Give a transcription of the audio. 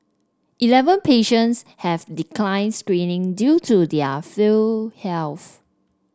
eleven patients have declined screening due to their frail health